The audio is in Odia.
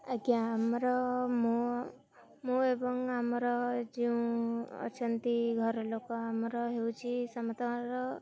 ଆଜ୍ଞା ଆମର ମୁଁ ମୁଁ ଏବଂ ଆମର ଯେଉଁ ଅଛନ୍ତି ଘର ଲୋକ ଆମର ହେଉଛି ସମସ୍ତଙ୍କର